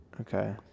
Okay